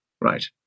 Right